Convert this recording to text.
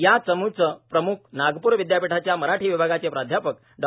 या चमूचे प्रमुख नागपूर विद्यापीठाच्या मराठी विभागाचे प्राध्यापक डॉ